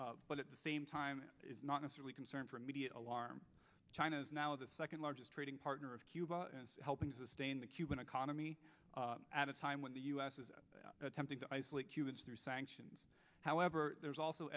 carefully but at the same time it is not necessarily concern for immediate alarm china is now the second largest trading partner of cuba and helping to sustain the cuban economy at a time when the u s is attempting to isolate cubans through sanctions however there's also